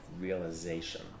realization